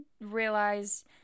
realize